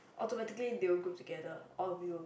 automatically they will group together all of you will be